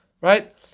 Right